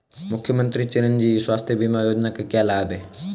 मुख्यमंत्री चिरंजी स्वास्थ्य बीमा योजना के क्या लाभ हैं?